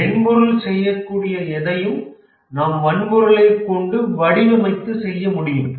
மென்பொருள் செய்யக்கூடிய எதையும் நாம் வன்பொருளை கொண்டு வடிவமைத்து செய்ய முடியும்